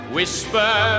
Whisper